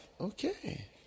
okay